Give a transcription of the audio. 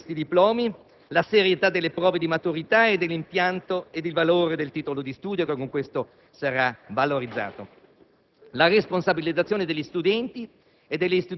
pagamento, fornivano questi diplomi), la serietà delle prove di maturità e dell'impianto ed il valore del titolo di studio, che con questo sarà valorizzato.